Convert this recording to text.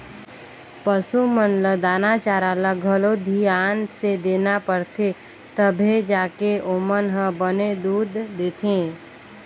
पसू मन ल दाना चारा ल घलो धियान से देना परथे तभे जाके ओमन ह बने दूद देथे